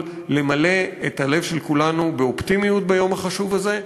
למלא את הלב של כולנו באופטימיות ביום החשוב הזה.